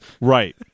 right